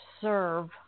serve